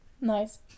Nice